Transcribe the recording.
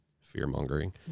Fear-mongering